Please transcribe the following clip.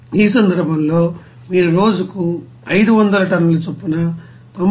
ఈ సందర్భంలో మీరు రోజుకు 500 టన్నుల చొప్పున 99